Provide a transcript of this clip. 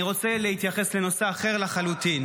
אני רוצה להתייחס לנושא אחר לחלוטין